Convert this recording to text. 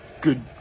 Good